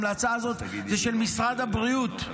ההמלצה הזאת היא של משרד הבריאות,